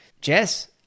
Jess